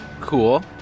Cool